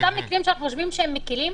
אותם מקרים שאנחנו חושבים שהם מקלים,